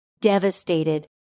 Devastated